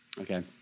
Okay